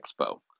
Expo